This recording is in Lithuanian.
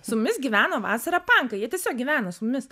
su mumis gyveno vasarą pankai jie tiesiog gyveno su mumis